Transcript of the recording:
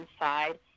inside